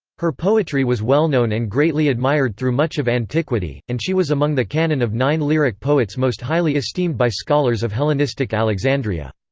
her poetry was well-known and greatly admired through much of antiquity, and she was among the canon of nine lyric poets most highly esteemed by scholars of hellenistic alexandria.